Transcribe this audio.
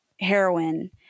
heroin